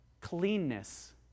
Cleanness